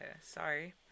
sorry